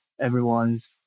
everyone's